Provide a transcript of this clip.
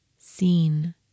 seen